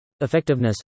Effectiveness